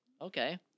Okay